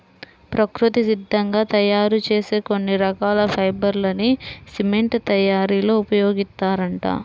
ప్రకృతి సిద్ధంగా తయ్యారు చేసే కొన్ని రకాల ఫైబర్ లని సిమెంట్ తయ్యారీలో ఉపయోగిత్తారంట